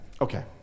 Okay